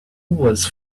was